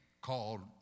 called